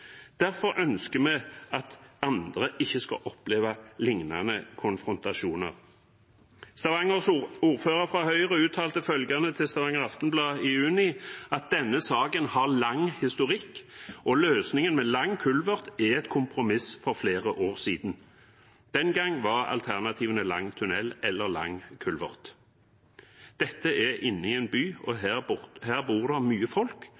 Derfor ønsker vi at andre ikke skal oppleve lignende konfrontasjoner. Stavangers ordfører fra Høyre uttalte til Stavanger Aftenblad i juni at denne saken har lang historikk, og at løsningen med en lang kulvert var et kompromiss for flere år siden. Den gang var alternativene lang tunnel eller lang kulvert. Dette er inne i en by. Her bor det mye folk,